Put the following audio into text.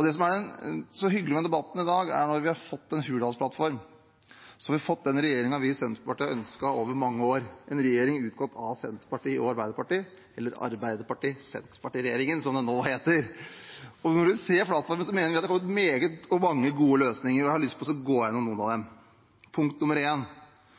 Det som er så hyggelig med debatten i dag, er at vi har fått en hurdalsplattform, og så har vi fått den regjeringen vi i Senterpartiet har ønsket i mange år, en regjering utgått av Senterpartiet og Arbeiderpartiet, eller Arbeiderparti–Senterparti-regjeringen, som den nå heter. Når man ser på plattformen, mener vi at vi har fått mange gode løsninger, og jeg har lyst til å gå gjennom noen av dem. De siste åtte årene har det vært en